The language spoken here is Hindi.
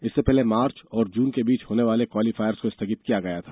इससे पहले मार्च और जून के बीच होने वाले क्वालीफायर्स को स्थगित किया गया था